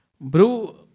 Bro